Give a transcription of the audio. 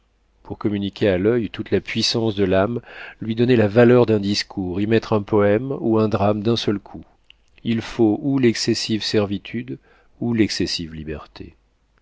pour communiquer à l'oeil toute la puissance de l'âme lui donner la valeur d'un discours y mettre un poème ou un drame d'un seul coup il faut ou l'excessive servitude ou l'excessive liberté